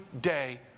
day